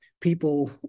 people